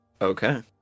Okay